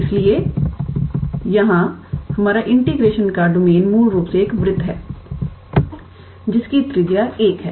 इसलिए यहां हमारा इंटीग्रेशन का डोमेन मूल रूप से एक वृत्त है जिसकी त्रिज्या एक है